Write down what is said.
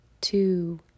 two